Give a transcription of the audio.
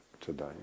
today